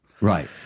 Right